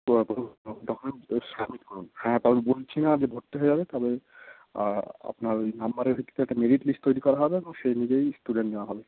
document submit করুন হ্যাঁ তবে বলছি না যে ভর্তি হয়ে যাবে তাহলে আর আপনার ওই নাম্বারের ভিত্তিতে একটি মেরিট লিস্ট তৈরি করা হবে এবং সেই অনুযায়ী স্টুডেন্ট নেওয়া হবে